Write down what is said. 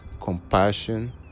compassion